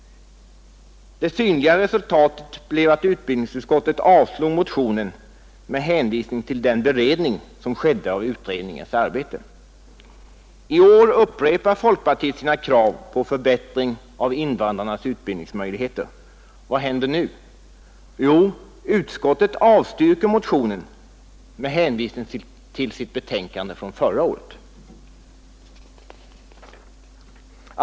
Det synliga resultatet blev att utbildningsutskottet avstyrkte motionen med hänvisning till den beredning som skedde av utredningens arbete. a I år upprepar folkpartiet sina krav på förbättring av invandrarnas utbildningsmöjligheter. Vad händer nu? Jo, utskottet avstyrker motionen med hänvisning till sitt betänkande från förra året.